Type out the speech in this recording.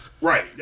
Right